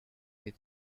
his